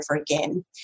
again